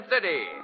City